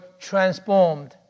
transformed